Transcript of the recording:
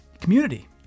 community